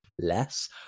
less